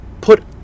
put